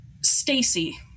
Stacy